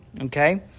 okay